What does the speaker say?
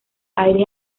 aires